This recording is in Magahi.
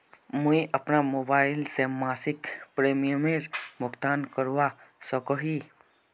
मुई अपना मोबाईल से मासिक प्रीमियमेर भुगतान करवा सकोहो ही?